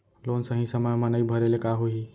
Loan सही समय मा नई भरे ले का होही?